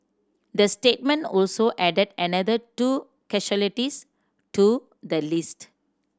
the statement also added another two casualties to the list